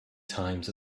times